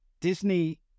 Disney